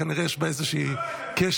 כנראה שיש בה איזשהו כשל.